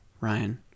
Ryan